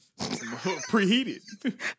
Preheated